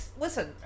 Listen